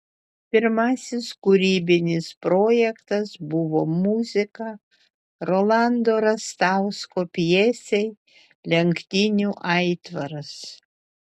pirmasis kūrybinis projektas buvo muzika rolando rastausko pjesei lenktynių aitvaras